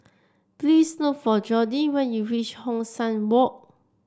please look for Jordy when you reach Hong San Walk